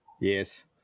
Yes